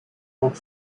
work